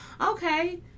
Okay